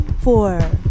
four